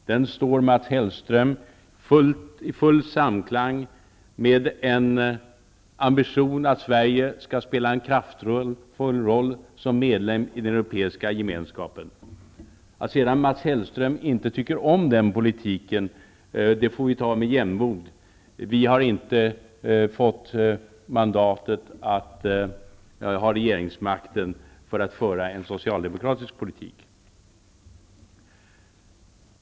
Den står, Mats Hellström, i full samklang med en ambition att Sverige skall spela en kraftfull roll som medlem i Europeiska Gemenskapen. Att Mats Hellström sedan inte tycker om den politiken får vi ta med jämnmod. Vi har inte fått mandatet att ha regeringsmakten för att föra en socialdemokratisk politik.